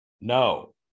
No